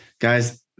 Guys